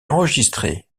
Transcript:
enregistrée